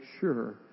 sure